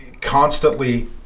constantly